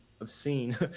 obscene